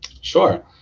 Sure